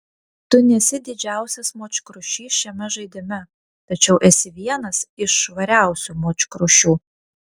tu nesi didžiausias močkrušys šiame žaidime tačiau esi vienas iš švariausių močkrušių